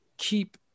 keep